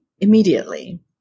immediately